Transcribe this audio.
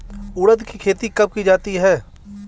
उड़द की खेती कब की जाती है?